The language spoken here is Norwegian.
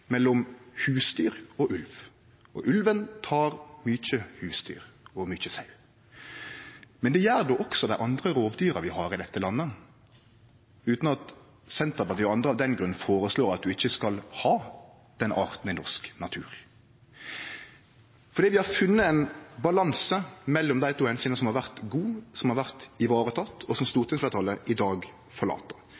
mellom husdyr og ulv, og ulven tek mykje husdyr og mykje sau. Men det gjer då også dei andre rovdyra vi har i dette landet, utan at Senterpartiet og andre av den grunn føreslår at ein ikkje skal ha den arten i norsk natur. Vi har funne ein balanse mellom dei to omsyna som har vore god, som har vorte vareteke, og som